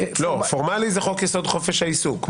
פורמלי זה חוק יסוד: חופש העיסוק.